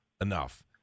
enough